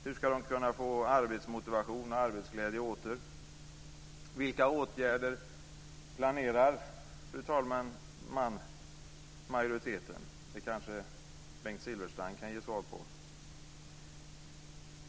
Hur ska de kunna få arbetsmotivation och arbetsglädje åter? Vilka åtgärder planerar majoriteten, fru talman? Det kanske Bengt Silfverstrand kan ge svar på.